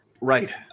Right